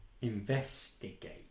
investigate